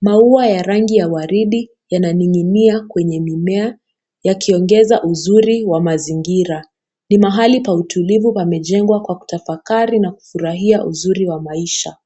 Maua ya rangi ya waridi yananing'inia kwenye mimea yakiongeza uzuri wa mazingira. Ni mahali pa utulivu pamejengwa kwa kutafakari na kufurahia uzuri wa maisha.